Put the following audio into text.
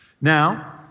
Now